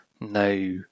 no